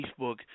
Facebook